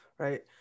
Right